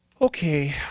Okay